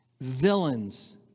Villains